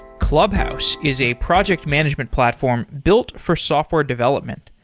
clubhouse is a project management platform built for software development.